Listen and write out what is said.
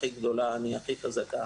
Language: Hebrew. אני הכי גדולה והכי חזקה.